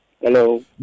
Hello